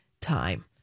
time